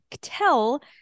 tell